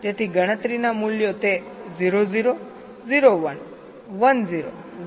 તેથી ગણતરીના મૂલ્યો તે 0 0 0 1 1 0 1 1